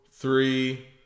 Three